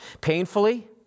painfully